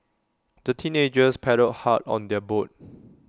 the teenagers paddled hard on their boat